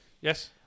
Yes